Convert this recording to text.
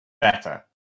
better